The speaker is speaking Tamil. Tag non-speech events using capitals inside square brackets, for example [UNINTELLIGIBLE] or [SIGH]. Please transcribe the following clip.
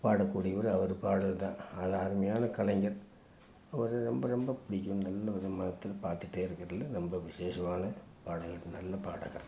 பாடக்கூடியவர் அவர் பாடல்தான் அவர் அருமையான கலைஞர் அவர் ரொம்ப ரொம்ப பிடிக்கும் நல்லவர் [UNINTELLIGIBLE] பார்த்துட்டே இருக்கிறதுல ரொம்ப விசேஷமான பாடகர் நல்ல பாடகர்